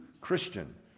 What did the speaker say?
Christian